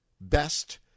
best